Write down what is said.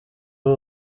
w’u